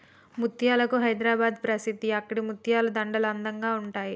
ముత్యాలకు హైదరాబాద్ ప్రసిద్ధి అక్కడి ముత్యాల దండలు అందంగా ఉంటాయి